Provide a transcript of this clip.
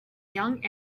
young